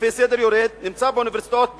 לפי סדר יורד נמצא באוניברסיטאות בן-גוריון,